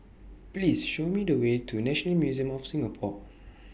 Please Show Me The Way to National Museum of Singapore